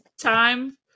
time